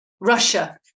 Russia